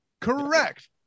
correct